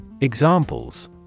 Examples